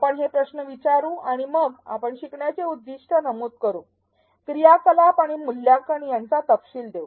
आपण हे प्रश्न विचारू आणि मग आपण शिकण्याचे उद्दीष्ट नमूद करू क्रियाकलाप आणि मूल्यांकन यांचा तपशील देऊ